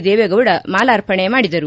ದೇವೇಗೌಡ ಮಾಲಾರ್ಪಣೆ ಮಾಡಿದರು